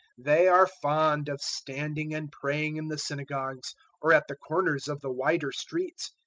they are fond of standing and praying in the synagogues or at the corners of the wider streets,